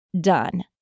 done